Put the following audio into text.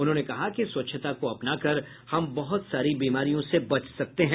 उन्होंने कहा कि स्वच्छता को अपनाकर हम बहुत सारी बीमारियों से बच सकते हैं